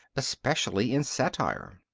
especially in satire.